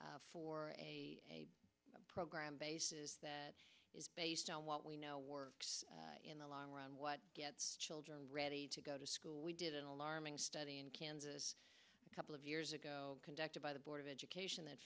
for a program that is based on what we know works in the long run what gets children ready to go to school we did an alarming study in kansas a couple of years ago conducted by the board of education that